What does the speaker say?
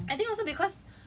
ya it was it was quite hard